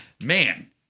man